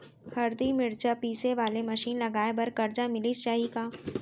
हरदी, मिरचा पीसे वाले मशीन लगाए बर करजा मिलिस जाही का?